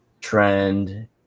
trend